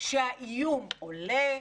שהאיום עולה,